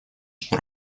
что